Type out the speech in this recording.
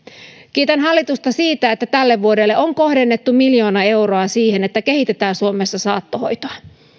kiitän hallitusta siitä että tälle vuodelle on kohdennettu miljoona euroa siihen että kehitetään suomessa saattohoitoa